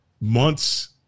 months